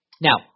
Now